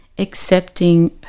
Accepting